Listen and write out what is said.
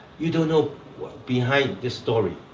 you don't know behind the story.